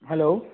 hello